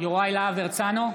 יוראי להב הרצנו,